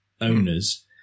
owners